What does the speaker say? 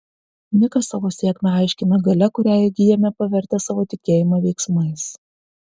nikas savo sėkmę aiškina galia kurią įgyjame pavertę savo tikėjimą veiksmais